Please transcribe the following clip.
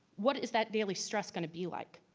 what is that daily stress going to be like?